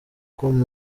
com